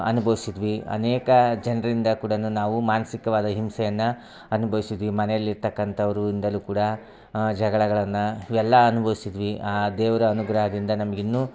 ಅನ್ಭವಿಸಿದ್ವಿ ಅನೇಕ ಜನರಿಂದ ಕೂಡಾನು ನಾವು ಮಾನಸಿಕವಾದ ಹಿಂಸೆಯನ್ನ ಅನ್ಭವಿಸಿದ್ವಿ ಮನೇಲೆ ಇರ್ತಕ್ಕಂಥವರು ಇಂದಲು ಕೂಡ ಜಗಳಗಳನ್ನ ಇವೆಲ್ಲ ಅನ್ಭವ್ಸ್ತಾಯಿದ್ವಿ ಆ ದೇವ್ರ ಅನುಗ್ರಹದಿಂದ ನಮ್ಗೆ ಇನ್ನು